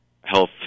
health